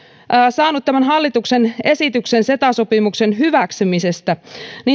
saanut tämän hallituksen esityksen ceta sopimuksen hyväksymisestä